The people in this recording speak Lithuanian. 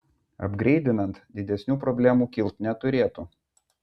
apgreidinant didesnių problemų kilt neturėtų